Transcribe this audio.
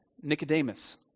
Nicodemus